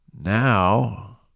now